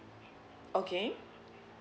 okay